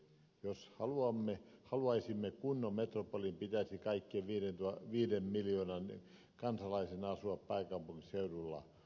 jos haluaisimme kunnon metropolin pitäisi kaikkien viiden miljoonan kansalaisen asua pääkaupunkiseudulla